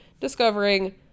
discovering